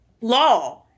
law